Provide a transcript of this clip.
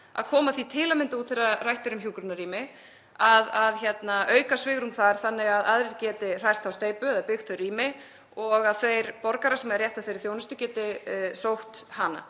að koma því út þegar rætt er um hjúkrunarrými að auka svigrúm þar þannig að aðrir geti hrært steypu eða byggt þau rými, og að þeir borgarar sem eiga rétt á þeirri þjónustu geti sótt hana.